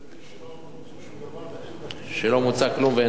שלא בוצע כלום, שלא בוצע כלום ואין תקציב.